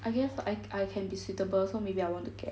I guess I I can be suitable so maybe I want to get